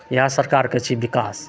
इएह सरकारके छै विकास